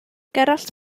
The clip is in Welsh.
gerallt